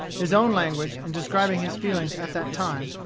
his own language, in describing his feelings at that time,